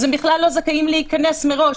הם בכלל לא זכאים להיכנס מראש,